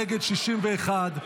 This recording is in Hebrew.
נגד, 61,